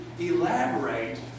elaborate